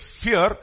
fear